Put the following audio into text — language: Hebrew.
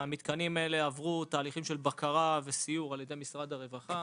והמתקנים האלה עברו תהליכים של בקרה וסיור על ידי משרד הרווחה,